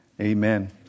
Amen